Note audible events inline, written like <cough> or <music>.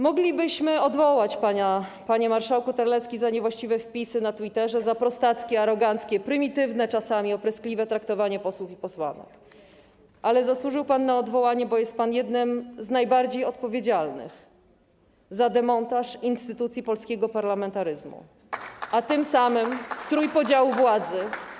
Moglibyśmy odwołać pana, panie marszałku Terlecki, za niewłaściwe wpisy na Twitterze, za prostackie, aroganckie, prymitywne czasami, opryskliwe traktowanie posłów i posłanek, ale zasłużył pan na odwołanie, bo jest pan jednym z najbardziej odpowiedzialnych za demontaż instytucji polskiego parlamentaryzmu, <applause> a tym samym trójpodziału władzy.